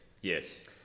Yes